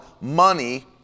money